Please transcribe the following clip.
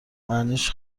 معنیش